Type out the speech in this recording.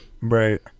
right